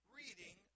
reading